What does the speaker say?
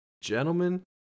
gentlemen